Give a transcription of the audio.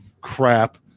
crap